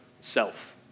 self